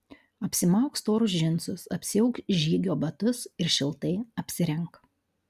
apsimauk storus džinsus apsiauk žygio batus ir šiltai apsirenk